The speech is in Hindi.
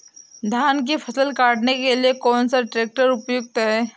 धान की फसल काटने के लिए कौन सा ट्रैक्टर उपयुक्त है?